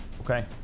Okay